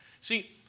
See